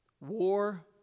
War